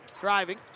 driving